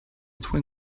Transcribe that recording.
twin